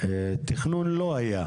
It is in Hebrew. תכנון לא היה,